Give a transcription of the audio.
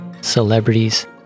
celebrities